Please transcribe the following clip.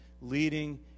leading